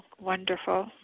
wonderful